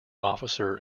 officer